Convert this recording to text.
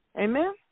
Amen